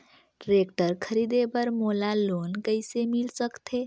Tractor खरीदे बर मोला लोन कइसे मिल सकथे?